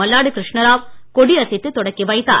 மல்லாடி கிருஷ்ணாராவ கொடி அசைத்து தொடக்கி வைத்தார்